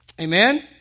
Amen